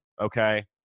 okay